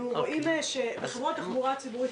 אנחנו רואים שחברות התחבורה הציבורית